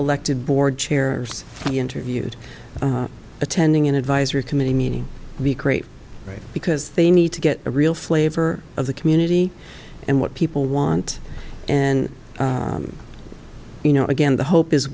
elected board chair be interviewed attending an advisory committee meeting be great because they need to get a real flavor of the community and what people want and you know again the hope is